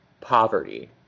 poverty